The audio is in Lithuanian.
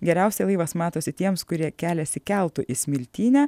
geriausiai laivas matosi tiems kurie keliasi keltu į smiltynę